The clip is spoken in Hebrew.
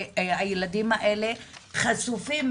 הילדים האלה חשופים,